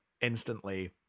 instantly